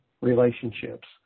relationships